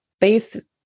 base